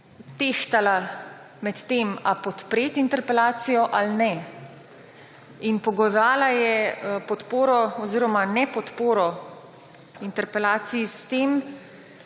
tehtala med tem, ali podpreti interpelacijo ali ne. Pogojevala je podporo oziroma nepodporo interpelaciji s tem,